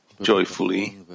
joyfully